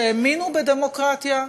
שהאמינו בדמוקרטיה,